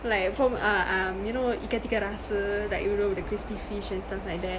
like from ah um you know ikan tiga rasa like you know the crispy fish and stuff like that